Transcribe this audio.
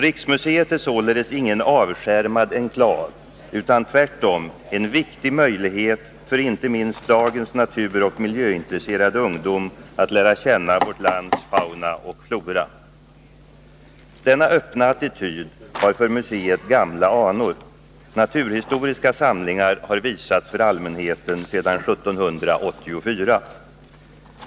Riksmuseet är således ingen avskärmad enklav utan tvärtom en viktig möjlighet för inte minst dagens naturoch miljöintresserade ungdom att lära känna vårt lands fauna och flora. Denna öppna attityd har för museet gamla anor. Naturhistoriska samlingar har visats för allmänheten sedan 1784.